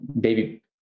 baby